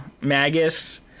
magus